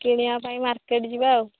କିଣିବା ପାଇଁ ମାର୍କେଟ୍ ଯିବା ଆଉ